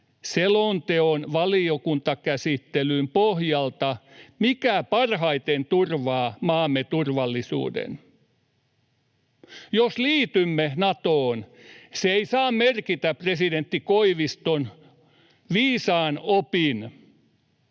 selonteon valiokuntakäsittelyn pohjalta, mikä parhaiten turvaa maamme turvallisuuden. Jos liitymme Natoon, se ei saa merkitä presidentti Koiviston viisaan opin